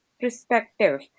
perspective